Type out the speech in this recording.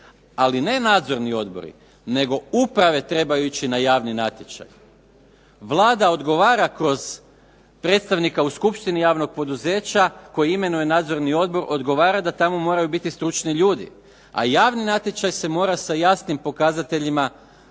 ali ne nadzorni odbori nego uprave trebaju ići na javni natječaj. Vlada odgovara kroz predstavnika u skupštini javnog poduzeća koje imenuje nadzorni odbor, odgovara da tamo moraju biti stručni ljudi a javni natječaj se mora sa jasnim pokazateljima